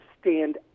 stand